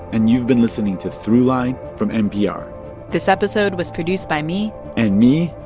and you've been listening to throughline from npr this episode was produced by me and me.